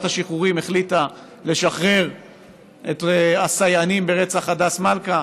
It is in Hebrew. השחרורים החליטה לשחרר את הסייענים ברצח הדס מלכא.